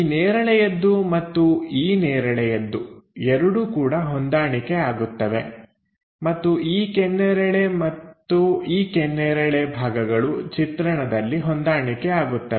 ಈ ನೇರಳೆಯದ್ದು ಮತ್ತು ಈ ನೇರಳೆಯದ್ದು ಎರಡು ಕೂಡ ಹೊಂದಾಣಿಕೆ ಆಗುತ್ತವೆ ಮತ್ತು ಈ ಕೆನ್ನೇರಳೆ ಮತ್ತು ಈ ಕೆನ್ನೇರಳೆ ಭಾಗಗಳು ಚಿತ್ರಣದಲ್ಲಿ ಹೊಂದಾಣಿಕೆ ಆಗುತ್ತವೆ